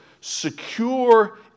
secure